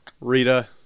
Rita